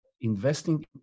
investing